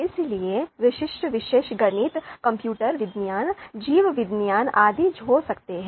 इसलिए विशिष्ट विषय गणित कंप्यूटर विज्ञान जीव विज्ञान आदि हो सकते हैं